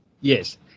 Yes